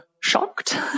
shocked